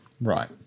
Right